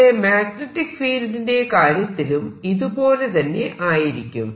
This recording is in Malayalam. ഇവിടെ മാഗ്നെറ്റിക് ഫീൽഡിന്റെ കാര്യത്തിലും ഇതുപോലെ തന്നെ ആയിരിക്കും